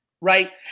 right